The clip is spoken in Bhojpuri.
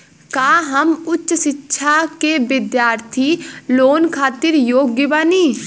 का हम उच्च शिक्षा के बिद्यार्थी लोन खातिर योग्य बानी?